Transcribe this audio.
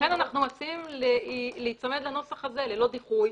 ולכן אנחנו מציעים להיצמד לנוסח הזה: ללא דיחוי.